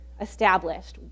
established